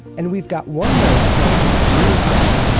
and we've got one man to thank for this newest aesthetic,